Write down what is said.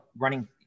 running